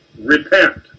Repent